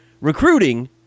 recruiting